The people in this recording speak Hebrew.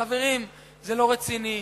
חברים, זה לא רציני.